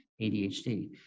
ADHD